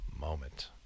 moment